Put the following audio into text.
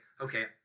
okay